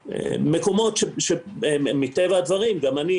מקומות שמטבע הדברים שגם אני,